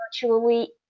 virtually